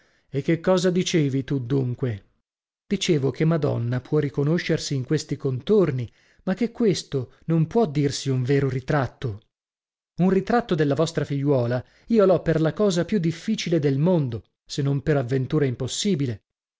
e che cosa dicevi tu dunque dicevo che madonna può riconoscersi in questi contorni ma che questo non può dirsi un vero ritratto un ritratto della vostra figliuola io l'ho per la cosa più difficile del mondo se non per avventura impossibile